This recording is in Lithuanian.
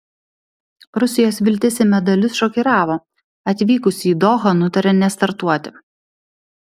rusijos viltis į medalius šokiravo atvykusi į dohą nutarė nestartuoti